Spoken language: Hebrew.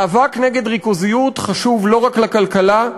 מאבק נגד ריכוזיות חשוב לא רק לכלכלה,